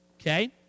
Okay